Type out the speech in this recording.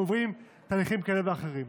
כשהם עוברים תהליכים כאלה ואחרים.